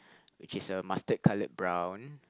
which is a mustard colored brown